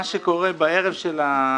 מה שקורה, בערב של הבחירות,